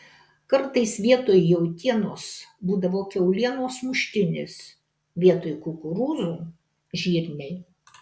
kartais vietoj jautienos būdavo kiaulienos muštinis vietoj kukurūzų žirniai